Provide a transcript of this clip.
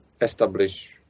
establish